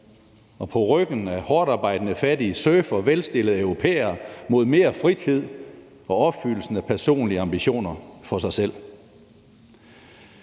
og på ryggen af hårdtarbejdende fattige surfer velstillede europæere mod mere fritid og opfyldelsen af personlige ambitioner for sig selv.